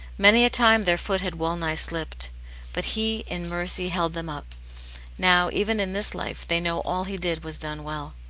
many a time their foot had well-nigh slipped but he, in mercy, held them up now, even in this life, they know all he did was done well.